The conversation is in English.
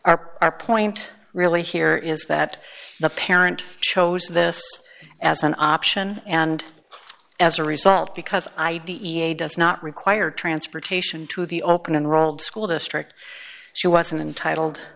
our point really here is that the parent chose this as an option and as a result because i d e a does not require transportation to the open unrolled school district she wasn't entitled